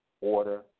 order